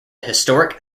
historic